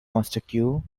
master